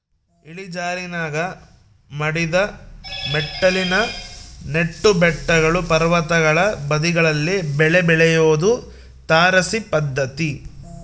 ಇಳಿಜಾರಿನಾಗ ಮಡಿದ ಮೆಟ್ಟಿಲಿನ ನೆಟ್ಟು ಬೆಟ್ಟಗಳು ಪರ್ವತಗಳ ಬದಿಗಳಲ್ಲಿ ಬೆಳೆ ಬೆಳಿಯೋದು ತಾರಸಿ ಪದ್ಧತಿ